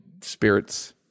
spirits